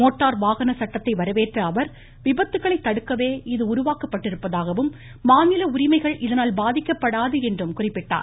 motor வாகன சட்டத்தை வரவேற்ற அவர் விபத்துக்களை தடுக்கவே இது உருவாக்கப்பட்டிருப்பதாகவும் மாநில உரிமைகள் இதனால் பாதிக்கப்படாது என்றும் குறிப்பிட்டார்